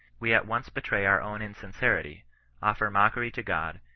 we at once betray our own insincerity offer mockery to qod,